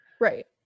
Right